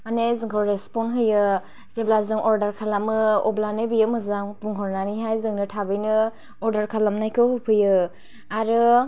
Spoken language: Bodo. माने जोंखौ रेसफ्नद होयो जेब्ला जों अर्डार खालामो अब्लानो बियो मोजां बुंहरनानै हाय जोंनो थाबैनो अर्डार खालामनायखौ होफैयो आरो